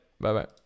Bye-bye